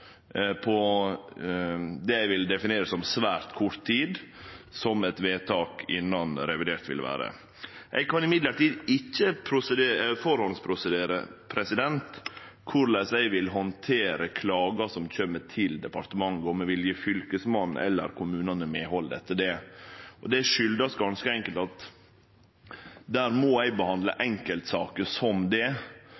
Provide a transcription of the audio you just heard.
på førehand, på det eg vil definere som svært kort tid, som eit vedtak innan revidert ville vere. Eg kan likevel ikkje prosedere på førehand på korleis eg vil handtere klagar som kjem til departementet, om me vil gje fylkesmannen eller kommunane medhald. Det kjem ganske enkelt av at der må eg behandle